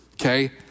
okay